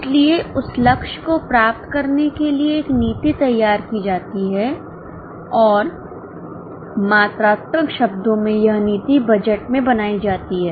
इसलिए उस लक्ष्य को प्राप्त करने के लिए एक नीति तैयार की जाती है और मात्रात्मक शब्दों में यह नीति बजट में बनाई जाती है